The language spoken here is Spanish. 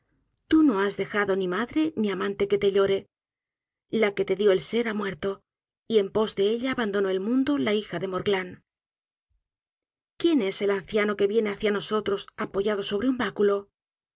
tú no has dejado ni madre ni amante que te llore la que te dio el ser ha muerto y en pos de ella abandonó el mundo la hija de morglan quién es el anciano que viene hacia nosotros apoyado sobre un báculo